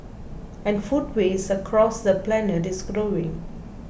and food waste across the planet is growing